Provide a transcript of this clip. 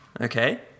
okay